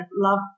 love